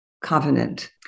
covenant